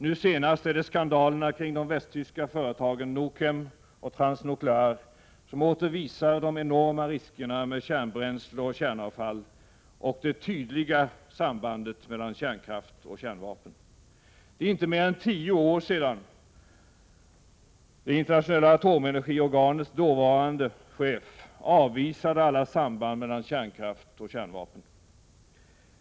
Nu senast är det skandalerna kring de västtyska företagen Nukem och Transnuklear som åter visar de enorma riskerna med kärnbränsle och kärnavfall och det tydliga sambandet mellan kärnkraft och kärnvapen. Det är inte mer än tio år sedan det internationella atomenergiorganets dåvarande chef avvisade alla samband mellan kärnkraft och kärnvapen.